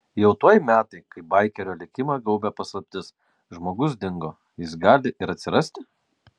jau tuoj metai kai baikerio likimą gaubia paslaptis žmogus dingo jis gali ir atsirasti